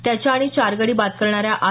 त्याच्या आणि चार गडी बाद करणाऱ्या आर